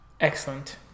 Excellent